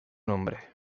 nombre